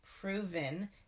proven